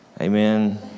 Amen